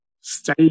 stay